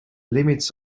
limits